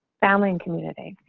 family and community.